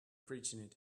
preaching